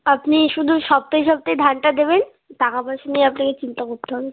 আপনি শুধু সপ্তায় সপ্তাহে ধানটা দেবেন টাকা পয়সা নিয়ে আপনাকে চিন্তা করতে হবে না